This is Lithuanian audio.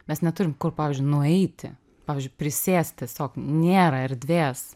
mes neturim kur pavyzdžiui nueiti pavyzdžiui prisėst tiesiog nėra erdvės